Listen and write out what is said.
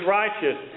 righteous